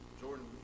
Jordan